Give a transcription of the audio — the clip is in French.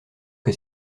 que